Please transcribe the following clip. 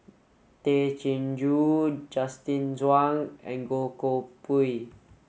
Tay Chin Joo Justin Zhuang and Goh Koh Pui